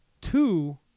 two